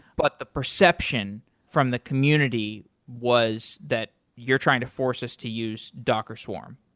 but the perception from the community was that you're trying to force us to use docker swarm.